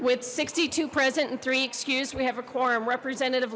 with sixty two present and three excused we have a quorum representative